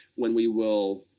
when we will